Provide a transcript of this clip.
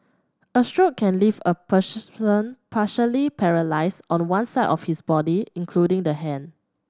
a stroke can leave a person partially paralysed on one side of his body including the hand